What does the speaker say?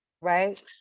Right